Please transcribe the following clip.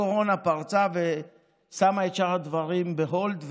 הקורונה פרצה ושמה את שאר הדברים ב-hold,